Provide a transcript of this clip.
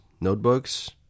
notebooks